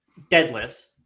deadlifts